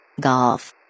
Golf